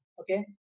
okay